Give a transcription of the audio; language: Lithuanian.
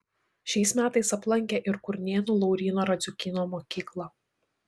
šiais metais aplankė ir kurnėnų lauryno radziukyno mokyklą